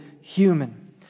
human